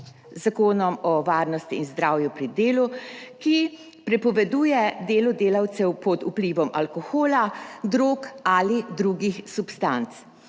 Zakonom o varnosti in zdravju pri delu, ki prepoveduje delo delavcev pod vplivom alkohola, drog ali drugih substanc.